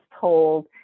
told